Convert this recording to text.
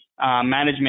management